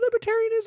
libertarianism